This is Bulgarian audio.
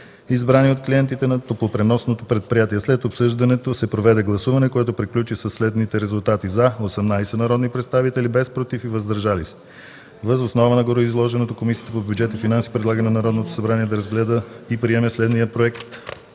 подобряване на контрола от страна на държавата. След обсъждането се проведе гласуване, което приключи със следните резултати: „за” – 18 народни представители, без „против” и „въздържали се”. Въз основа на гореизложеното Комисията по бюджет и финанси предлага на Народното събрание да разгледа и приеме следния Проект